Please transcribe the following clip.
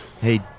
Hey